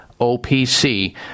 OPC